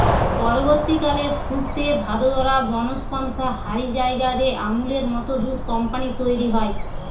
পরবর্তীকালে সুরতে, ভাদোদরা, বনস্কন্থা হারি জায়গা রে আমূলের মত দুধ কম্পানী তইরি হয়